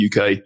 UK